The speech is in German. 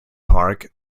park